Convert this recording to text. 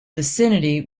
vicinity